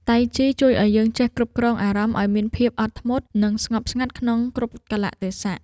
តៃជីជួយឱ្យយើងចេះគ្រប់គ្រងអារម្មណ៍ឱ្យមានភាពអត់ធ្មត់ និងស្ងប់ស្ងាត់ក្នុងគ្រប់កាលៈទេសៈ។